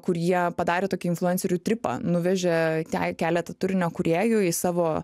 kur jie padarė tokį influencerių tripą nuvežė te keletą turinio kūrėjų į savo